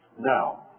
Now